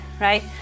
right